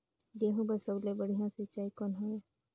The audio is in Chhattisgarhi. गहूं बर सबले बढ़िया सिंचाई कौन हवय?